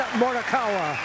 morikawa